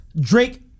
Drake